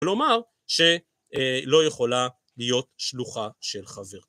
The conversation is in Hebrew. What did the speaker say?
כלומר, שלא יכולה להיות שלוחה של חבר.